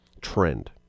trend